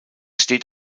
steht